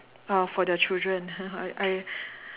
uh for their children I